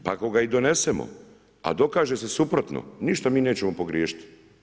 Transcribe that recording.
Pa ako ga i donesemo a dokaže se suprotno ništa mi nećemo pogriješiti.